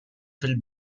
fil